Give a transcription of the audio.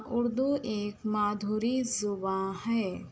اردو ایک مادھوری زباں ہے